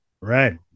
Right